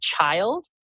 child